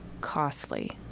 costly